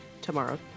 tomorrow